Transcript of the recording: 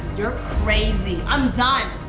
you're crazy, i'm done.